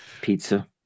Pizza